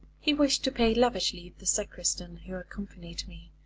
he wished to pay lavishly the sacristan who accompanied me,